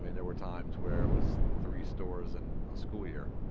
and there were times where it was three stores in a school year,